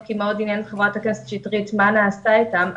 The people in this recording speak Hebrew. כי מאוד עניין את חברת הכנסת שטרית מה נעשה איתם.